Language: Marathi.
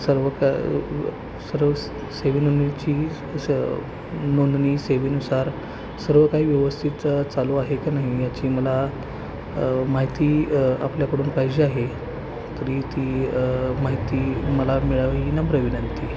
सर्व का सर्व सेवेनोंदणीची स नोंदणी सेवेनुसार सर्व काही व्यवस्थित चालू आहे का नाही याची मला माहिती आपल्याकडून पाहिजे आहे तरी ती माहिती मला मिळावी ही नम्र विनंती